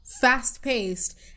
fast-paced